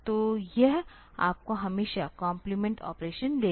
तो यह आपको हमेशा कॉम्प्लीमेंट ऑपरेशन देगा